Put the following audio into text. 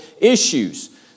issues